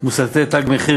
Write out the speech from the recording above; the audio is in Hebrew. מוסתי "תג מחיר",